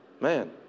Man